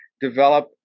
develop